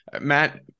Matt